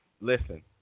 Listen